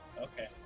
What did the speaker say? Okay